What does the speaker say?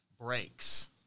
breaks